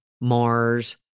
Mars